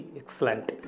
excellent